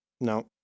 No